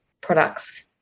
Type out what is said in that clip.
products